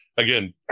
Again